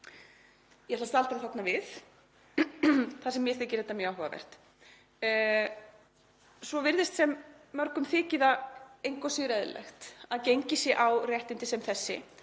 Ég ætla að staldra þarna við þar sem mér þykir þetta mjög áhugavert. Svo virðist sem mörgum þyki það engu að síður eðlilegt að gengið sé á réttindi sem þessi